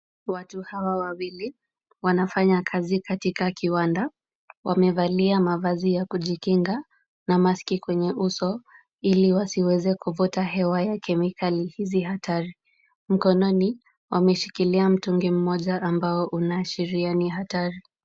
Watu hawa wawili wanafanya kazi katika kiwanda. Wamevalia mavazi ya kujikinga na [c]maski[c] kwenye uso ili wasiweze kuvuta hewa ya kemikali hizi hatari. Mkononi ameshikilia mtungi mmoja ambao unaashiria ni hatari.